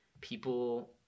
people